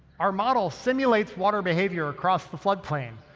our model simulates water behavior across the flood plain,